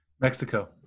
Mexico